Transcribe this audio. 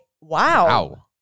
wow